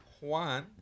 Juan